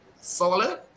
solid